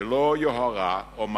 ללא יוהרה אומר